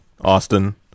Austin